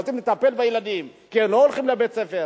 רוצים לטפל בילדים כי הם לא הולכים לבית-הספר,